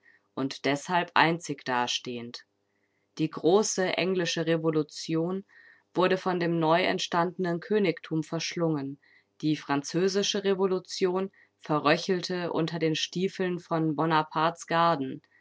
und deshalb einzig dastehend die große englische revolution wurde von dem neu erstehenden königtum verschlungen die französische revolution verröchelte unter den stiefeln von bonapartes